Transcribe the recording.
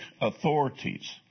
authorities